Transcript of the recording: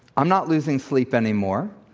i'm not losing sleep anymore.